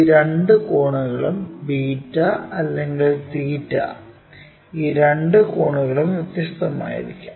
ഈ രണ്ട് കോണുകളും ബീറ്റ അല്ലെങ്കിൽ തീറ്റ ഈ രണ്ട് കോണുകളും വ്യത്യസ്തമായിരിക്കാം